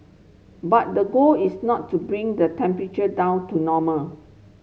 but the goal is not to bring the temperature down to normal